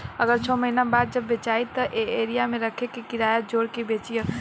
अगर छौ महीना बाद जब बेचायी त ए एरिया मे रखे के किराया जोड़ के बेची ह